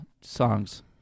songs